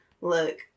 look